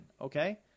okay